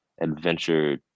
Adventure